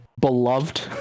beloved